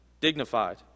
dignified